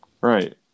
Right